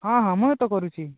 ହଁ ହଁ ମୁଇଁ ତ କରୁଛି